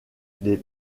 des